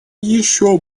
еще